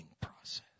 process